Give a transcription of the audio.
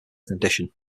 condition